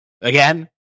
again